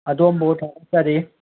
ꯑꯗꯣꯝꯕꯨ ꯊꯥꯒꯠꯆꯔꯤ